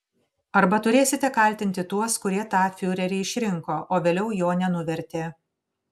arba turėsite kaltinti tuos kurie tą fiurerį išrinko o vėliau jo nenuvertė